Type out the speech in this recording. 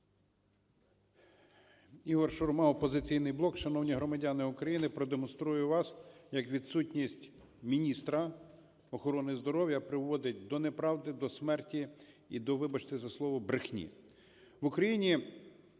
Ігор Шурма, "Опозиційний блок". Шановні громадяни України, продемонструю вам, як відсутність міністра охорони здоров'я приводить до неправди, до смерті і до, вибачте за слово, брехні.